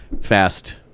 Fast